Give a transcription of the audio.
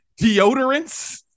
deodorants